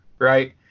Right